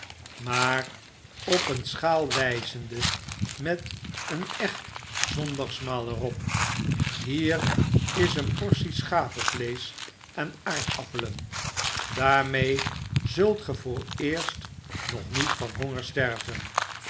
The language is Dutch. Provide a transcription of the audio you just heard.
maar op een schaal wyzendemeteenecht zondagsmaal er op hier is een portie schapenvleesch en aardappelen daarmee zultgevooreerst nog niet van honger sterven